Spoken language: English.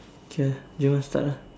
ya you are start ah